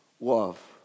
love